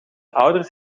ouders